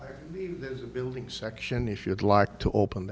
there's a building section if you'd like to open